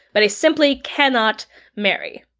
but i simply cannot marry.